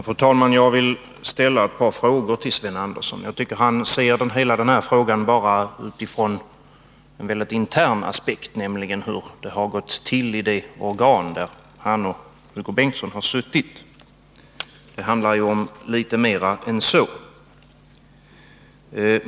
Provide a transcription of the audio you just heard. Fru talman! Jag vill ställa ett par frågor till Sven Andersson. Jag tycker att han ser detta ärende enbart från en intern aspekt — hur det har gått till i det organ som han och Hugo Bengtsson har tillhört. Det handlar om litet mer än detta.